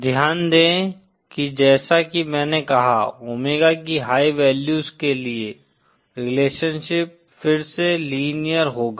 ध्यान दें कि जैसा कि मैंने कहा ओमेगा की हाई वैल्यूज के लिए रिलेशनशिप फिर से लीनियर होगा